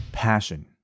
passion